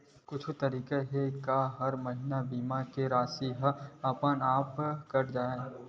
कुछु तरीका हे का कि हर महीना बीमा के राशि हा अपन आप कत जाय?